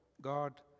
God